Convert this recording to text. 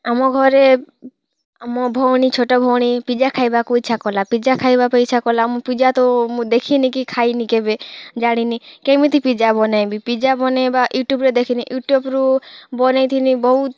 ଆମ ଘରେ ଆମ ଭଉଣି ଛୋଟ ଭଉଣି ପିଜ୍ଜା ଖାଇବାକୁ ଇଚ୍ଛା କଲା ପିଜ୍ଜା ଖାଇବା ପାଇଁ ଇଚ୍ଛା କଲା ମୁଁ ପିଜ୍ଜା ତ ମୁଁ ଦେଖିନି କି ଖାଇନି କେବେ ଜାଣିନି କେମିତି ପିଜ୍ଜା ବନେଇବି ପିଜ୍ଜା ବନେଇବା ୟୁଟୁବରେ ଦେଖିନି ୟୁଟୁବରୁ ବନେଇଥିନି ବହୁତ୍